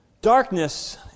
Darkness